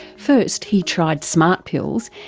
first he tried smart pills,